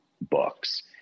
books